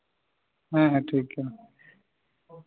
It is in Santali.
ᱦᱮᱸ ᱦᱮᱸ ᱴᱷᱤᱠ ᱜᱮᱭᱟ